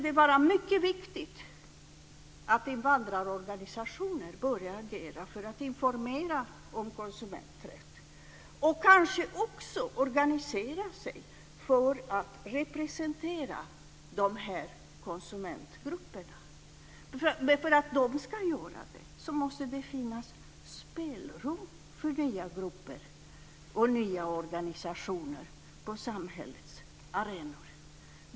Det är mycket viktigt att invandrarorganisationer börjar att agera för att informera om konsumenträtt och kanske också organiserar sig för att representera konsumentgrupperna. Men för att de ska göra det måste det finnas spelrum för nya grupper och nya organisationer på samhällets arenor.